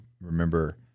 remember